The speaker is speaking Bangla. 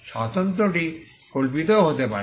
স্বাতন্ত্র্যটি কল্পিতও হতে পারে